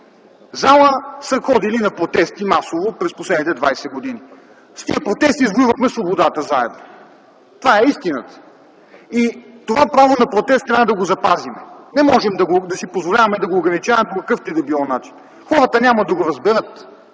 масово са ходили на протести през последните 20 години. С тези протести извоювахме заедно свободата. Това е истината. Това право на протест трябва да го запазим, не можем да си позволяваме да го ограничаваме по какъвто и да било начин. Хората няма да го разберат